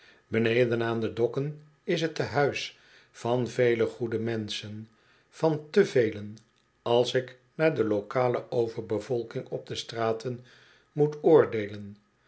beneden aan de dokken is t te-huis van vele goede menschen van te velen als ik naar de locale overbevolking op de straten moet oordeelen